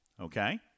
Okay